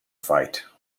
fight